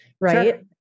right